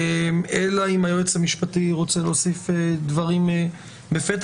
אלא אם היועץ המשפטי רוצה להוסיף דברים בפתח